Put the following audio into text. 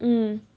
mm